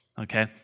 Okay